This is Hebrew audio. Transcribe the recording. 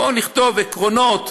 בואו נכתוב "עקרונות".